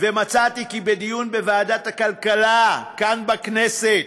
ומצאתי כי בדיון בוועדת הכלכלה, כאן, בכנסת,